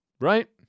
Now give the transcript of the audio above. Right